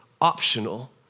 optional